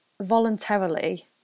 voluntarily